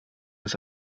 ist